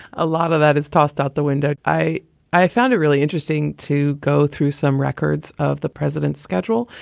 a lot of that is tossed out the window. i i found it really interesting to go through some records of the president's schedule.